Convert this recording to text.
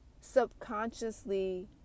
subconsciously